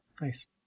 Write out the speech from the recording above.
Nice